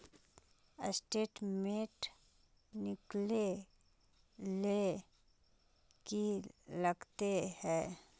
Statement निकले ले की लगते है?